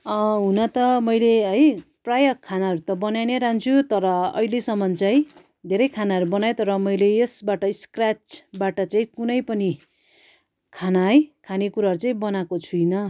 हुन त मैले है प्रायः खानाहरू त बनाई नै रहन्छु तर अहिलेसम्म चाहिँ धेरै खानाहरू बनाएँ तर मैले यसबाट स्क्रेचबाट चाहिँ कुनै पनि खाना है खाने कुराहरू चाहिँ बनाएको छुइनँ